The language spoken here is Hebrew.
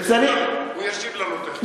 אבל הוא ישיב לנו תכף.